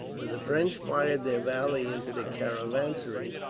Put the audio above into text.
when the french fired their volley into the caravansary.